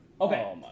Okay